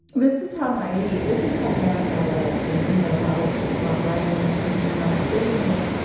this is how naive, this is how young i was, and you know, how my brain was thinking. i was sitting in the,